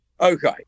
okay